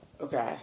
Okay